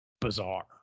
bizarre